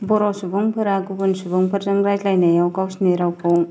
बर'सुबुंफोरा गुबुन सुबुंफोरजों रायज्लाय नायाव गावसिनि रावखौ